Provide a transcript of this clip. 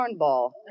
cornball